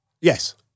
Yes